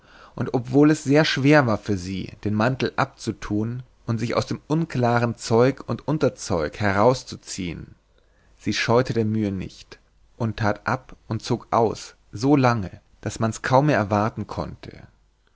und obwohl es sehr schwer war für sie den mantel abzutun und sich aus dem unklaren zeug und unterzeug herauszuziehen sie scheute der mühe nicht und tat ab und zog aus so lange daß mans kaum mehr erwarten konnte